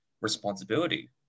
responsibility